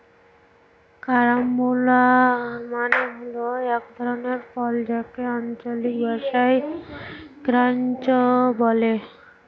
carambola মানে হল এক ধরনের ফল যাকে আঞ্চলিক ভাষায় ক্রাঞ্চ বলে